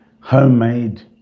homemade